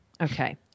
Okay